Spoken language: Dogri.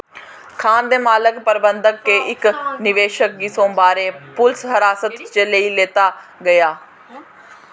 खान दे मालक प्रबंधक ते इक निवेशक गी सोमबारें पुलस हरासत च लेई लैता गेआ